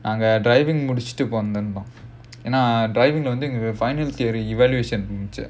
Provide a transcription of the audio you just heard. நாங்க:naanga driving முடிச்சிட்டு:mudichittu driving leh வந்து:vandhu final theory evaluation இருந்துச்சு:irunthuchu